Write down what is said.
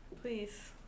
Please